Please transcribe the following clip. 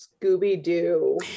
Scooby-Doo